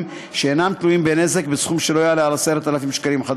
שאינם תלויים בנזק בסכום שלא יעלה על 10,000 ש"ח.